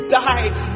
died